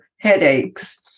headaches